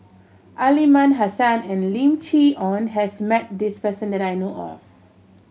Aliman Hassan and Lim Chee Onn has met this person that I know of